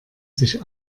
sich